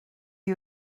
you